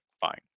fine